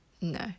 no